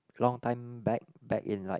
long time back back in like